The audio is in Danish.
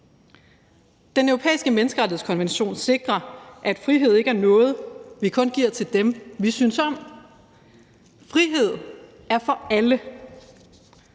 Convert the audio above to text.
Den Europæiske Menneskerettighedskonvention sikrer, at frihed ikke er noget, vi kun giver til dem, vi synes om. Frihed er for alle.